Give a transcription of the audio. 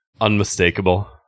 Unmistakable